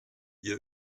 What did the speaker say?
ihr